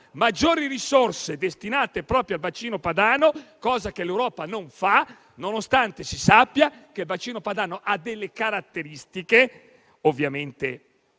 maggiori risorse destinate proprio al bacino padano, cosa che l'Europa non prevede, nonostante si sappia che il bacino padano ha delle caratteristiche, di carattere